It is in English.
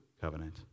covenant